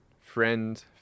friend